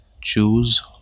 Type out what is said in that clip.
choose